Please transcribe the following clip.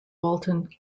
walton